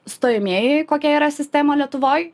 stojamieji kokia yra sistema lietuvoj